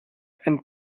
and